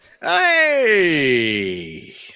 Hey